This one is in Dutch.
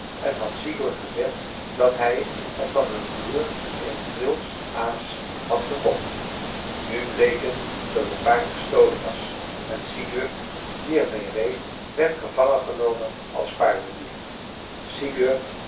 en had sigurd gezegd dat hij het van een boer in frilles aas had gekocht nu bleek het dat het paard gestolen was en sigurd die er meê reed werd gevangen genomen als paardendief sigurd